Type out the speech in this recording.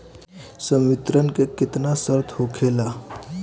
संवितरण के केतना शर्त होखेला?